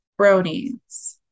bronies